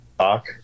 talk